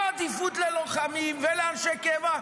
עם עדיפות ללוחמים ולאנשי קבע,